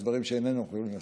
יש דברים שאיננו יכולים לעשות,